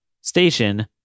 station